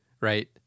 right